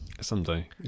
Someday